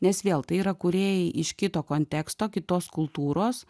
nes vėl tai yra kūrėjai iš kito konteksto kitos kultūros